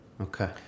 Okay